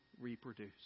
reproduce